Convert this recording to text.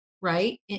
right